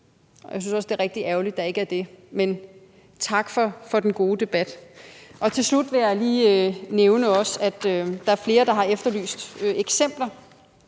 Jeg synes også, det er rigtig ærgerligt, at der ikke er det, men tak for den gode debat. Til slut vil jeg også lige nævne, at der er flere, der har efterlyst eksempler.